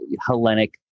Hellenic